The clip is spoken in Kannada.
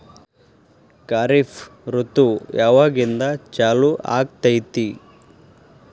ಖಾರಿಫ್ ಋತು ಯಾವಾಗಿಂದ ಚಾಲು ಆಗ್ತೈತಿ?